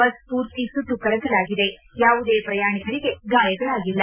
bus ಮೂರ್ತಿ ಸುಟ್ಟು ಕರಕಲಾಗಿದೆ ಯಾವುದೇ ಪ್ರಯಾಣಿಕರಿಗೆ ಗಾಯಗಳಾಗಿಲ್ಲ